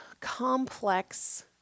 complex